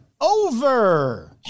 over